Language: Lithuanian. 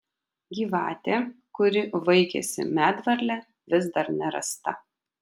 gyvatė kuri vaikėsi medvarlę vis dar nerasta